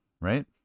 Right